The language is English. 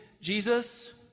Jesus